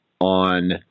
on